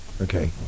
Okay